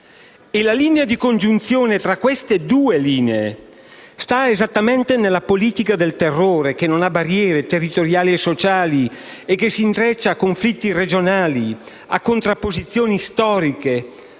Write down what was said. La linea di congiunzione tra queste due linee sta esattamente nella politica del terrore che non ha barriere territoriali e sociali e che si intreccia a conflitti regionali, a contrapposizioni storiche,